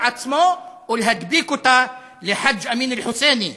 עצמו ולהדביק אותה לחאג' אמין אל-חוסייני,